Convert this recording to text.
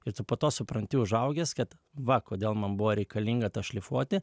ir tu po to supranti užaugęs kad va kodėl man buvo reikalinga tą šlifuoti